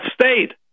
state